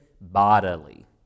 bodily